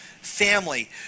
family